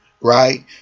right